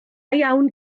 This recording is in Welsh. iawn